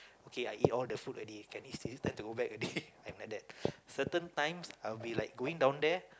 okay I eat all the food already can he still time to go back already I'm like that certain times I'll be going down there